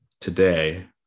today